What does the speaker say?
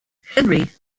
henry